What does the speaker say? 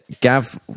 gav